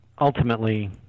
ultimately